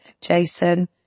Jason